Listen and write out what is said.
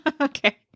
okay